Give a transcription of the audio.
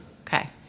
Okay